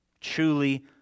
Truly